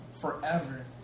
forever